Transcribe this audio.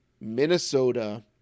minnesota